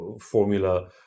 formula